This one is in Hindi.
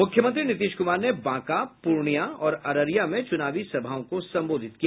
मूख्यमंत्री नीतीश कुमार ने बांका पूर्णियां और अररिया में चुनावी सभाओं को संबोधित किया